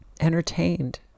entertained